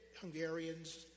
Hungarians